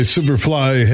Superfly